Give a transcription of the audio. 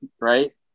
right